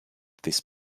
this